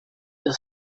the